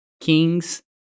kings